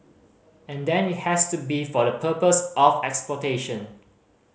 and then it has to be for the purpose of exploitation